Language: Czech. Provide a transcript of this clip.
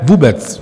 Vůbec.